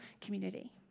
community